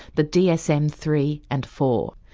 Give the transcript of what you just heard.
the d s m three and four.